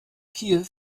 kiew